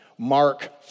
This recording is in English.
mark